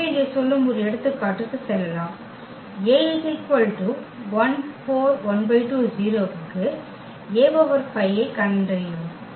எனவே இதைச் சொல்லும் ஒரு எடுத்துக்காட்டுக்கு செல்லலாம் A க்கு A5 ஐக் கண்டறியவும்